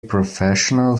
professional